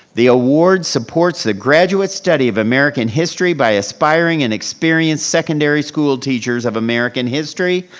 the award supports the graduate study of american history by aspiring and experienced secondary school teachers of american history,